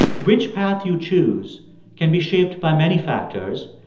which path you choose can be shaped by many factors,